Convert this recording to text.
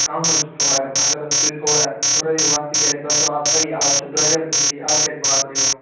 کَم حظ چھُ تھوڑا گژھان اگر حظ تُہۍ تھوڑا ہُرٲیِو اَتھ تِکیٛازِ تۄہہِ چھو آز پَیی آز چھِ درٛۄجَر تہِ صحیح اَز کیٛاہ چھُ بازرٕ یِوان